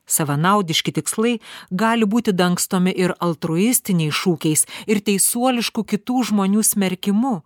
savanaudiški tikslai gali būti dangstomi ir altruistiniais šūkiais ir teisuolišku kitų žmonių smerkimu